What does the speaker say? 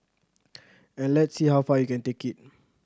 and let's see how far you can take it